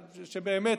באמת,